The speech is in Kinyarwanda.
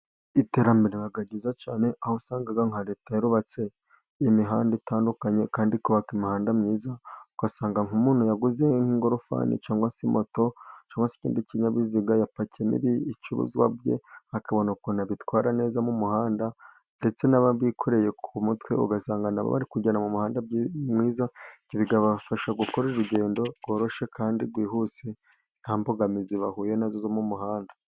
Iterambere riba ryiza cyane, aho usanga nka Leta yubatse imihanda itandukanye, kandi ikubaka imihanda myiza, ugasanga nk'umuntu yaguze nk'ingorofani, cyangwa se moto, cyangwa ikindi kinyabiziga yapakiyemo ibicuruzwa bye akabona ukuntu abitwara neza mu muhanda, ndetse n'ababyikoreye ku mutwe ugasanga abijyana mu muhanda mwiza , bikabafasha gukora urugendo rworoshye kandi rwihuse nta mbogamizi bahuye nazo mu muhanda.